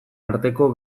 arteko